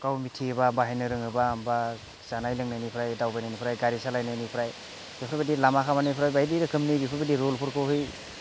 गाव मिथियोबा बाहायनो रोङोबा होमबा जानाय लोंनायनिफ्राय दावबायनायनिफ्राय गारि सालायनायनिफ्राय बेफोरबायदि लामा सामानिफ्राय बायदि रोखोमनि बेफोरबायदि रुलफोरखौहाय